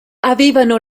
avevano